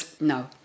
No